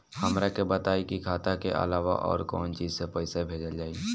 हमरा के बताई की खाता के अलावा और कौन चीज से पइसा भेजल जाई?